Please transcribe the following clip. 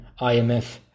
IMF